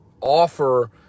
offer